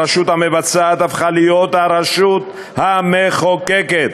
הרשות המבצעת הפכה להיות הרשות המחוקקת.